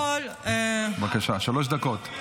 בבקשה, שלוש דקות.